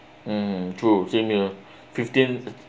mm true same here fifteenth